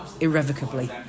irrevocably